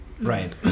right